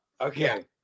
Okay